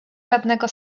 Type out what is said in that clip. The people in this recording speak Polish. żadnego